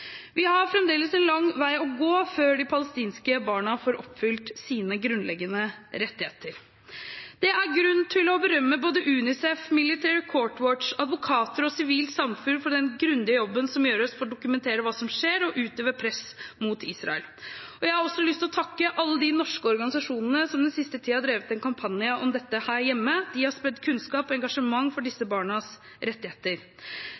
Vi har fremdeles en lang vei å gå før de palestinske barna får oppfylt sine grunnleggende rettigheter. Det er grunn til å berømme både UNICEF, Military Court Watch, advokater og sivilt samfunn for den grundige jobben som gjøres for å dokumentere hva som skjer, og utøve press på Israel. Jeg har også lyst til å takke alle de norske organisasjonene som den siste tiden har drevet en kampanje om dette her hjemme. De har spredt kunnskap og engasjement for disse barnas rettigheter.